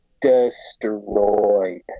destroyed